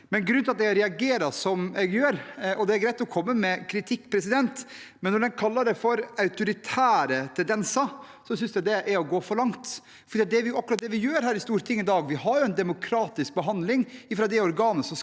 Grunnen til at jeg reagerer som jeg gjør, er at det er greit å komme med kritikk, men når en kaller det autoritære tendenser, synes jeg det er å gå for langt. Det vi gjør her i Stortinget i dag, er akkurat at vi har en demokratisk behandling fra det organet som skal